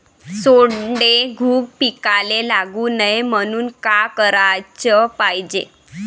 सोंडे, घुंग पिकाले लागू नये म्हनून का कराच पायजे?